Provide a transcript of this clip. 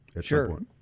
Sure